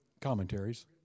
Commentaries